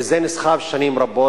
וזה נסחב שנים רבות.